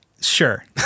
Sure